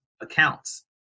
accounts